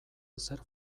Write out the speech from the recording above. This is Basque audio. ezer